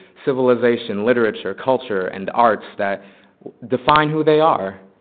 civilization, literature, culture, and arts that define who they are.